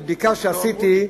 בבדיקה שעשיתי,